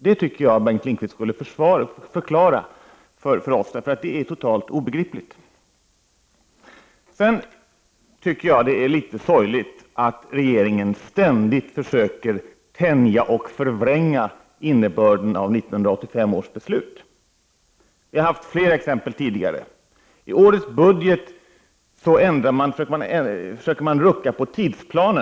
Det tycker jag att Bengt Lindqvist skall förklara för oss, därför att det är helt obegripligt. Sedan tycker jag att det är litet sorgligt att regeringen ständigt försöker tänja och förvränga innebörden i 1985 års beslut. Det har funnits flera exempel tidigare. I årets budget försöker regeringen rucka på tidsplanen.